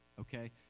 okay